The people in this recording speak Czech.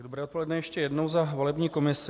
Dobré odpoledne ještě jednou za volební komisi.